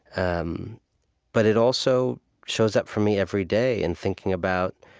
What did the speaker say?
um but it also shows up for me every day in thinking about,